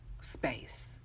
space